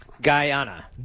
Guyana